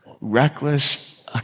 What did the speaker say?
reckless